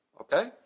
okay